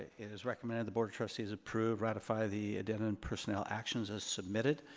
it is recommended the board of trustees approve, ratify the addendum and personnel actions as submitted.